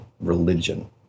religion